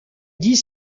dit